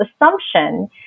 assumption